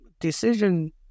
decision